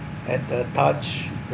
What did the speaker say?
at the touch